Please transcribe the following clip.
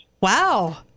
Wow